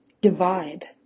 divide